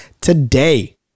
today